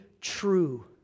true